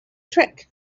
trick